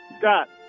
Scott